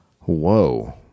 Whoa